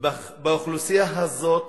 באוכלוסייה הזאת,